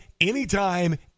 anytime